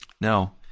Now